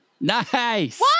Nice